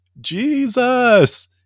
Jesus